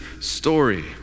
story